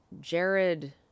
Jared